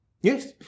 Yes